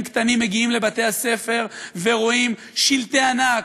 קטנים מגיעים לבתי-הספר ורואים שלטי ענק: